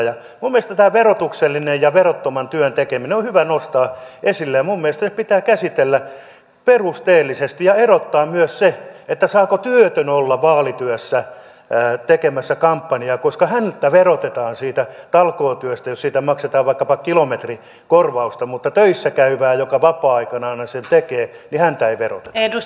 minun mielestäni tämä verotuksellisen ja verottoman työn tekeminen on hyvä nostaa esille ja minun mielestäni ne pitää käsitellä perusteellisesti ja erottaa myös se saako työtön olla vaalityössä tekemässä kampanjaa koska häntä verotetaan siitä talkootyöstä jos siitä maksetaan vaikkapa kilometrikorvausta mutta töissä käyvää joka vapaa aikanaan sen tekee ei veroteta